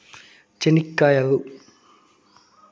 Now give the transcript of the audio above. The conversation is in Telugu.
చెనిక్కాయలు